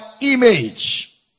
image